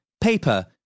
paper